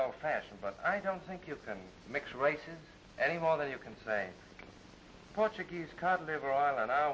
of fashion but i don't think you can mix races any more than you can say portuguese cod liver oil and i